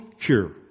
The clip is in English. cure